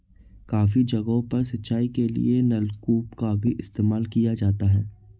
काफी जगहों पर सिंचाई के लिए नलकूप का भी इस्तेमाल किया जाता है